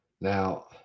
Now